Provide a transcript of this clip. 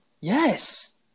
Yes